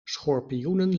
schorpioenen